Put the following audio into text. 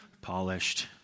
polished